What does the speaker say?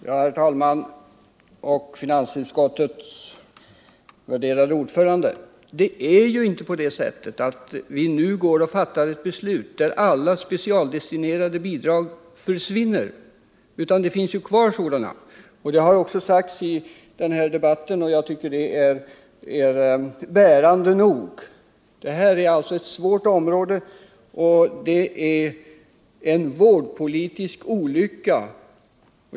Herr talman! Jag vill säga till finansutskottets värderade ordförande att det är inte på det sättet att vi nu kommer att fatta ett beslut som innebär att alla specialdestinerade bidrag försvinner, utan det finns ju kvar sådana. Det har också sagts i denna debatt, och jag tycker det är bärande nog. Det är ”en vårdpolitisk olycka” om statsbidraget dras in.